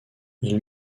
ils